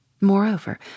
Moreover